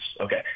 okay